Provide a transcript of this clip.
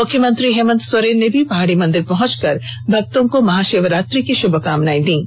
मुख्यमंत्री हेमंत सोरेन ने भी पहाड़ी मंदिर पहुंचकर भक्तों को महाषिवरात्रि की षुभकामनाएं दीं